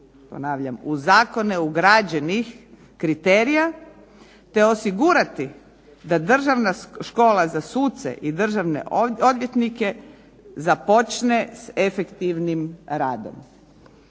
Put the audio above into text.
"U zakone ugrađenih kriterija, te osigurati da Državna škola za suce i državne odvjetnike započne". Da ne bi bilo